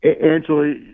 Angela